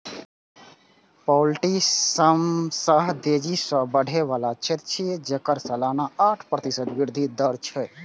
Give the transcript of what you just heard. poultry सबसं तेजी सं बढ़ै बला क्षेत्र छियै, जेकर सालाना आठ प्रतिशत वृद्धि दर छै